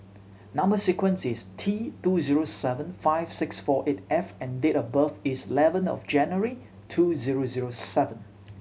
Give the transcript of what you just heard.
number sequence is T two zero seven five six four eight F and date of birth is eleven of January two zero zero seven